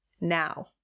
now